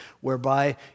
whereby